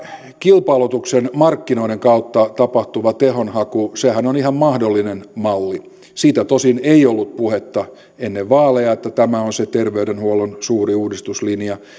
kilpailutuksen markkinoiden kautta tapahtuva tehonhakuhan on ihan mahdollinen malli siitä tosin ei ollut puhetta ennen vaaleja että tämä on se terveydenhuollon suuri uudistuslinja